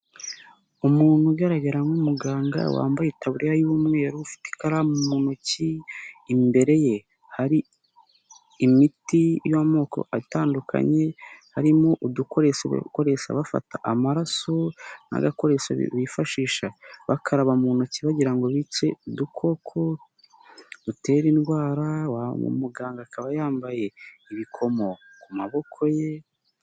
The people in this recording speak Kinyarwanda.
Umuntu ugaragara nk'umuganga wambaye taburiya y'umweru ufite ikaramu mu ntoki imbere ye, hari imiti y'amoko atandukanye harimo udukoresho bakoresha bafata amaraso, n'agakoresho bifashisha bakaraba mu ntoki bagira ngo bice udukoko dutera indwara, muganga akaba yambaye ibikomo ku maboko ye.